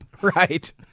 Right